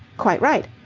quite right.